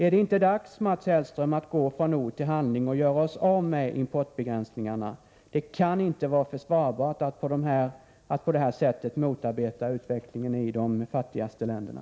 Är det inte dags, Mats Hellström, att gå från ord till handling och göra oss av med importbegränsningarna? Det kan inte vara försvarbart att på det här sättet motarbeta utvecklingen i de fattigaste länderna.